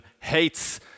hates